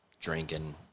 drinking